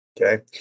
okay